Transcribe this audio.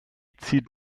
zieht